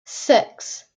six